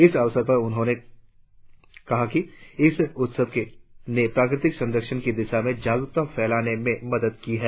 इस अवसर पर उन्होंने कहा कि इस उत्सव ने प्रकृति संरक्षण की दिशा में जागरुकता फैलाने में मदद की है